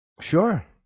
Sure